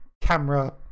camera